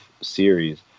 series